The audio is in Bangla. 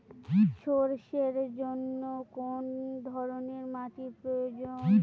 সরষের জন্য কোন ধরনের মাটির প্রয়োজন?